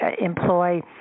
employ